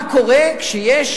מה קורה כשיש